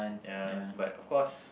ya but of course